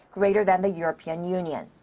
greater than the european union.